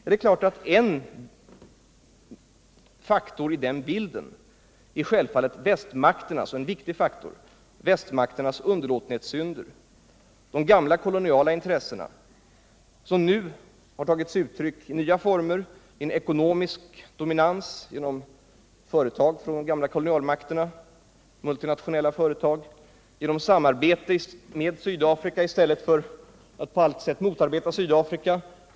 Några viktiga faktorer i den bilden är självfallet västmakternas underlå tenhetssynder, de gamla koloniala intressena som nu har tagit sig nya uttryck i försök till en ekonomisk dominans genom företag från de gamla kolonialmakterna och multinationella företag samt den omständigheten att man samarbetar med Sydafrika i stället för att på allt sätt motarbeta regimen där.